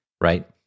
right